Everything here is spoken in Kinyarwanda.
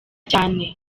cyane